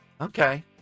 Okay